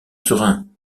serin